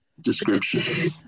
Description